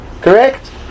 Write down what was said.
Correct